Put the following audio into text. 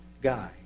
guy